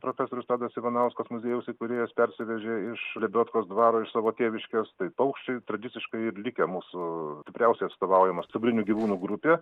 profesorius tadas ivanauskas muziejaus įkūrėjas persivežė iš lebiodkos dvaro iš savo tėviškės tai paukščiai tradiciškai ir likę mūsų stipriausiai atstovaujama stuburinių gyvūnų grupė